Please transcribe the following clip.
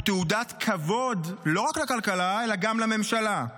תעודת כבוד לא רק לכלכלה אלא גם לממשלה,